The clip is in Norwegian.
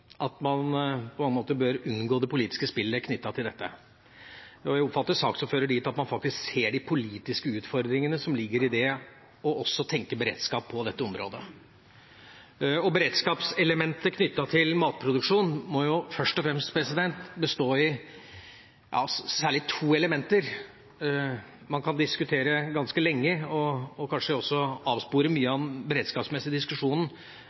at man bør unngå det politiske spillet knyttet til dette. Jeg oppfatter saksordføreren dit hen at man faktisk ser de politiske utfordringene som ligger i det å tenke beredskap også på dette området. Beredskap knyttet til matproduksjon må først og fremst bestå av særlig to elementer. Man kan diskutere ganske lenge og kanskje også avspore mye fra den beredskapsmessige diskusjonen